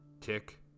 Tick